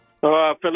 Feliz